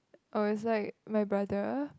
oh it's like my brother